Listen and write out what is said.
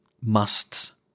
musts